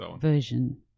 version